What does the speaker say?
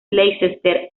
leicester